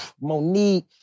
Monique